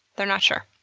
they're not sure.